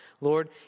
Lord